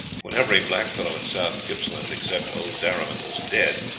when every blackfellow in south gippsland, except old darriman, was dead,